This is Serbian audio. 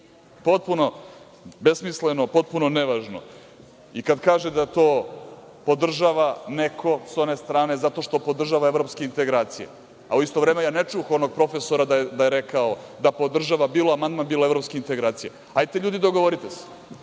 Potpuno besmisleno, potpuno nevažno i kada kaže da to podržava neko sa one strane zato što podržava evropske integracije, a u isto vreme nisam čuo onog profesora da je rekao da podržava bilo amandman, bilo evropske integracije. LJudi dogovorite se,